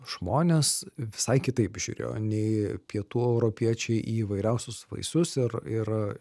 žmonės visai kitaip žiūrėjo nei pietų europiečiai į įvairiausius vaisius ir ir